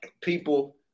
people